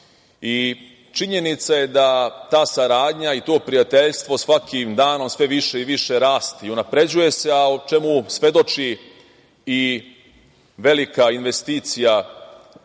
i činjenica je da ta saradnja i to prijateljstvo svakim danom sve više i više raste i unapređuje se, a o čemu svedoči i velika investicija koja